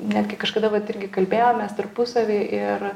netgi kažkada vat irgi kalbėjomės tarpusavy ir